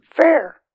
Fair